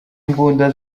imbunda